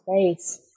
space